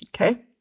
Okay